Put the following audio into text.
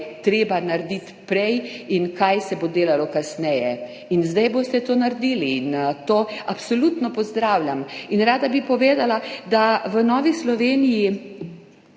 kaj je treba narediti prej in kaj se bo delalo kasneje. Zdaj boste to naredili in to absolutno pozdravljam. Rada bi povedala, da v Novi Sloveniji